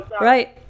Right